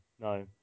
No